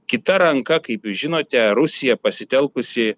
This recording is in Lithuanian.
kita ranka kaip jūs žinote rusija pasitelkusi